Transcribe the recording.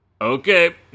Okay